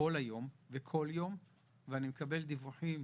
כל היום וכל יום ואני מקבל דיווחים